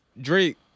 Drake